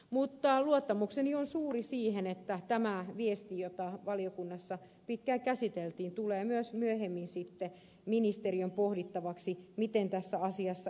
mutta luottamukseni siihen on suuri että tämä viesti jota valiokunnassa pitkään käsiteltiin tulee myös myöhemmin sitten ministeriön pohdittavaksi miten tässä asiassa edetään